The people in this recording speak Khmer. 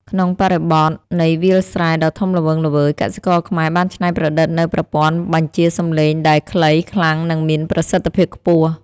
ក្នុងបរិបទនៃវាលស្រែដ៏ធំល្វឹងល្វើយ កសិករខ្មែរបានច្នៃប្រឌិតនូវប្រព័ន្ធបញ្ជាសម្លេងដែលខ្លី ខ្លាំង និងមានប្រសិទ្ធភាពខ្ពស់។